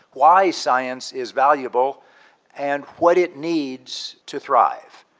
why science is valuable and what it needs to thrive.